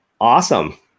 Awesome